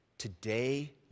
Today